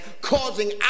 causing